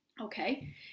okay